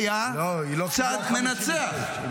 היה צד מנצח.